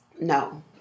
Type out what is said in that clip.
No